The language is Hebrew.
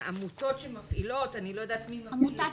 מהעמותות שמפעילות, אני לא יודעת מי מפעיל